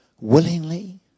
willingly